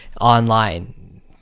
online